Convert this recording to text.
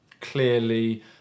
clearly